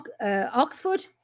Oxford